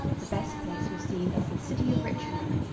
the best place we've seen is the city of richmond!